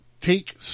take